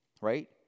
right